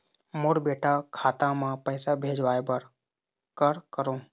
मोर बेटा खाता मा पैसा भेजवाए बर कर करों?